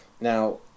Now